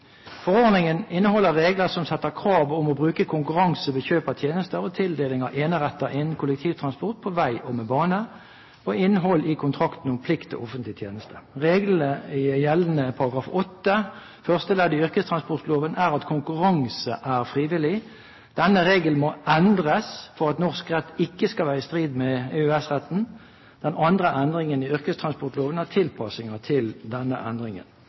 inneheld reglar som set krav til å nytta konkurranse ved kjøp av tenester og tildeling av einerettar innan kollektivtransportsektoren på veg og med bane, og om innhald i kontraktar om plikt til offentleg teneste. Når slik konkurranse er gjennomført, ligg det ikkje føre ytterlegare plikt til konkurranse i marknaden. Regelen i gjeldande § 8 første ledd i yrkestransportlova er at konkurranse er frivillig. Denne regelen må endrast for at norsk rett ikkje skal